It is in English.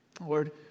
Lord